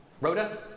Rhoda